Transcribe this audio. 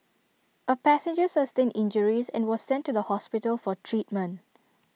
A passenger sustained injuries and was sent to the hospital for treatment